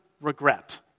regret